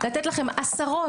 לתת לכם עשרות.